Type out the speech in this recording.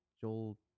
Joel